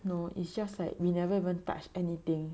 no it's just like we never even touch anything